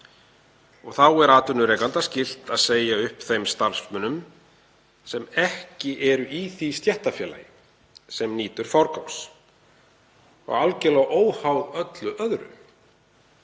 Þá er atvinnurekanda skylt að segja upp þeim starfsmönnum sem ekki eru í því stéttarfélagi sem nýtur forgangs, algerlega óháð öllu öðru,